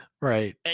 Right